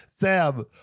Sam